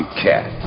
cat